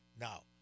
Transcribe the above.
Now